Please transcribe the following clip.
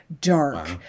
dark